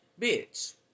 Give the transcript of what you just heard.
bitch